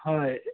হয়